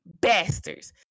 bastards